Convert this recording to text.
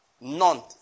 None